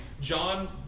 John